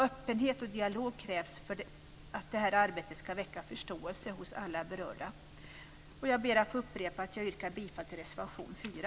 Öppenhet och dialog krävs för att det här arbetet ska möta förståelse hos alla berörda. Jag upprepar att jag yrkar bifall till reservation 4.